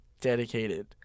dedicated